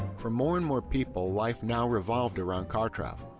for more and more people, life now revolved around car travel,